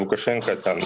lukašenka ten